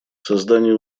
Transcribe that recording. создание